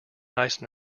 nice